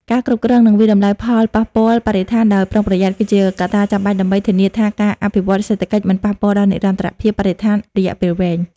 ការគ្រប់គ្រង និងវាយតម្លៃផលប៉ះពាល់បរិស្ថានដោយប្រុងប្រយ័ត្ន គឺជាកត្តាចាំបាច់ដើម្បីធានាថាការអភិវឌ្ឍន៍សេដ្ឋកិច្ចមិនប៉ះពាល់ដល់និរន្តរភាពបរិស្ថានរយៈពេលវែង។